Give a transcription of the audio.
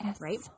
right